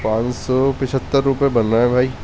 پان سو پچہتر روپے بن رہے ہیں بھائی